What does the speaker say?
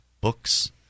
books